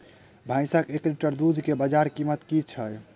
भैंसक एक लीटर दुध केँ बजार कीमत की छै?